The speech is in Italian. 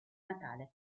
natale